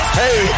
hey